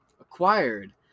Acquired